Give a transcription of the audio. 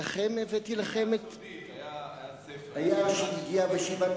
היה ספר "השביעייה הסודית" היה "שלגייה ושבעת